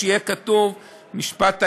שיהיה כתוב "המשפט העברי",